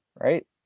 right